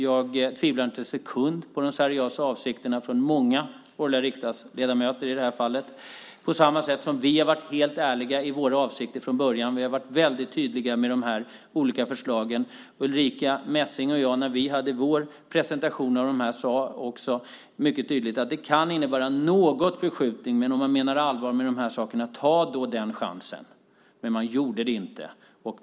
Jag tvivlar inte en sekund på de seriösa avsikterna från många borgerliga riksdagsledamöter i det här fallet, på samma sätt som vi har varit helt ärliga i våra avsikter från början. Vi har varit väldigt tydliga med de olika förslagen. När Ulrica Messing och jag hade vår presentation av detta sade vi också mycket tydligt att det kan innebära någon förskjutning, men om man menar allvar med de här sakerna, ta då den chansen! Men det gjorde man inte.